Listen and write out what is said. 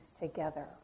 together